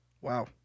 Wow